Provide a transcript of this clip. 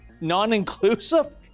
non-inclusive